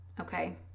Okay